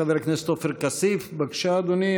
חבר הכנסת עופר כסיף, בבקשה, אדוני.